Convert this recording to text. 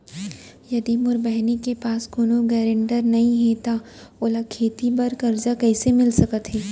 यदि मोर बहिनी के पास कोनो गरेंटेटर नई हे त ओला खेती बर कर्जा कईसे मिल सकत हे?